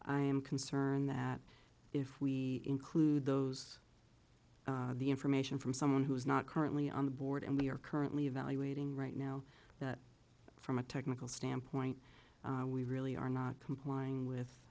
i am concerned that if we include those the information from someone who is not currently on the board and we are currently evaluating right now that from a technical standpoint we really are not complying with